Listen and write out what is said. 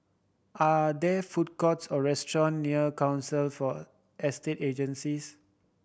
are there food courts or restaurant near Council for Estate Agencies